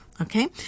Okay